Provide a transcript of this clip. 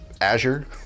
Azure